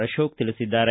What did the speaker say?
ಅಶೋಕ ತಿಳಿಸಿದ್ದಾರೆ